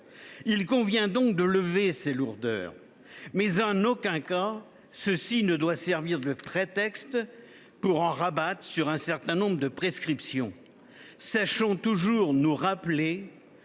Il convient donc de lever de telles lourdeurs. Mais cela ne doit en aucun cas servir de prétexte pour en rabattre sur un certain nombre de prescriptions. Sachons toujours nous rappeler